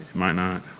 might not.